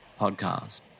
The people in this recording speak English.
podcast